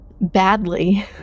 badly